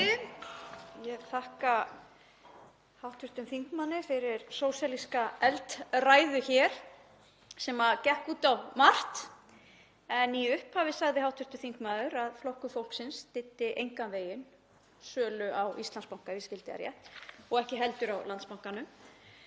Ég þakka hv. þingmanni fyrir sósíalíska eldræðu, sem gekk út á margt. Í upphafi sagði hv. þingmaður að Flokkur fólksins styddi engan veginn sölu á Íslandsbanka, ef ég skildi það rétt, og ekki heldur á Landsbankanum.